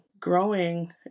growing